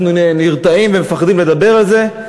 אנחנו נרתעים ומפחדים לדבר על זה,